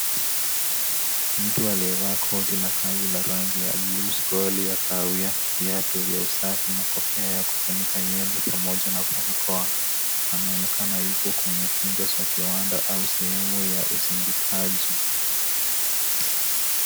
Mtu aliyevaa koti la kazi la rangi ya blue, scroll ya kahawia, viatu vya usafi na kofia ya kufunika nywele, pamoja na balakoa. Anaonekana yupo kwenye chumba cha kiwanda au sehemu ya usindikaji.